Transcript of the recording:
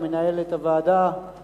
שמנהל את הוועדה,